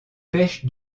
perche